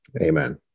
Amen